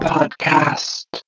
Podcast